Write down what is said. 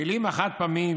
הכלים החד-פעמיים,